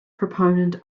proponent